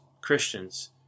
Christians